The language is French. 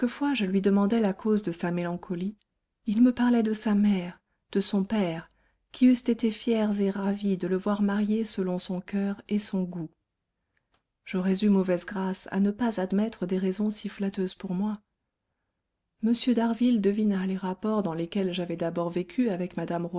je lui demandais la cause de sa mélancolie il me parlait de sa mère de son père qui eussent été fiers et ravis de le voir marié selon son coeur et son goût j'aurais eu mauvaise grâce à ne pas admettre des raisons si flatteuses pour moi m d'harville devina les rapports dans lesquels j'avais d'abord vécu avec mme